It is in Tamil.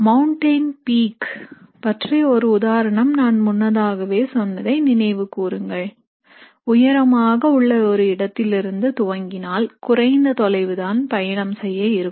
மௌண்டைன் பீக் பற்றி ஒரு உதாரணம் நான் முன்னதாகவே சொன்னதை நினைவு கூறுங்கள் உயரமாக உள்ள ஒரு இடத்திலிருந்து துவங்கினால் குறைந்த தொலைவுதான் பயணம் செய்ய இருக்கும்